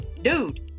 dude